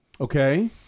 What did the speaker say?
Okay